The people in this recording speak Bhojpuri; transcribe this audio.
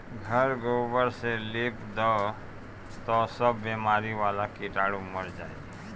घर गोबर से लिप दअ तअ सब बेमारी वाला कीटाणु मर जाइ